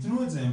והם התנו את זה.